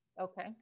Okay